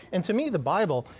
and to me the bible,